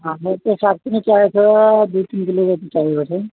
लट्टे साग पनि चाहिएको छ दुई तिन किलो जति चाहिएको छ